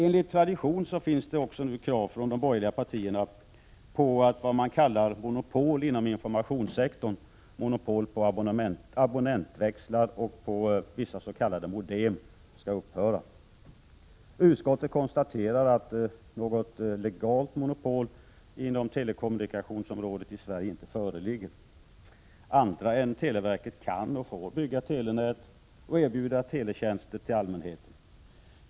Enligt tradition finns det från de borgerliga partierna nu också krav på att vad man kallar monopol inom informationssektorn, monopol på abonnent Utskottet konstaterar att något legalt monopol inom telekommunikationsområdet i Sverige inte föreligger. Andra än televerket kan och får bygga telenät och erbjuda teletjänster till allmänheten.